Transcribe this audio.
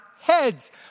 heads